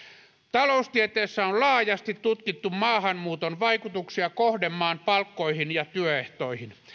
taloustieteessä on laajasti tutkittu maahanmuuton vaikutuksia kohdemaan palkkoihin ja työehtoihin